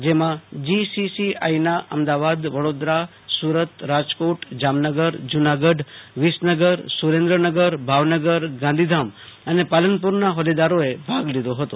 જેમાં G C આઈના Ahmedabad Vadodara Surat Rajkot Jamnagar Junagadh Visnagar Surendranagar Bhavnagar Gandhidham અને પાલનપુ રના હોદ્દેદારોએ ભાગ લીધો હતો